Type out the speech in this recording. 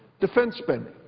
defense but